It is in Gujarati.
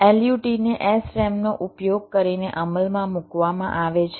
LUT ને SRAM નો ઉપયોગ કરીને અમલમાં મૂકવામાં આવે છે